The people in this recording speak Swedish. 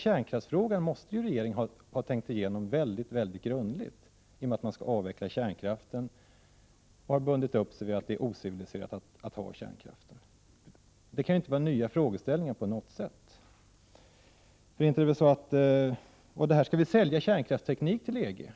Kärnkraftsfrågan måste regeringen ha tänkt igenom mycket grundligt, i och med att Sverige skall avveckla kärnkraften och regeringen har bundit upp sig vid att det är ociviliserat att ha kärnkraft. Det kan inte vara nya frågeställningar på något sätt. Skall vi sälja kärnkraftsteknik till EG?